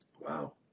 Wow